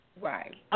Right